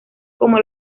como